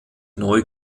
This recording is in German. neu